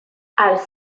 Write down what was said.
als